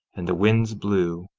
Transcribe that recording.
and the winds blew,